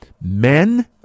Men